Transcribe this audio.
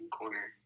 corner